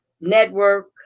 network